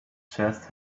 chest